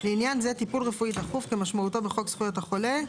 לעניין זה "טיפול רפואי דחוף" כמשמעותו בחוק זכויות החולה,